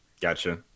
Gotcha